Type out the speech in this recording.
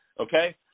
okay